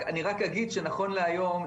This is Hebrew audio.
אני רק אגיד שנכון להיום,